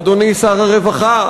אדוני שר הרווחה,